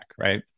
right